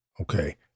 Okay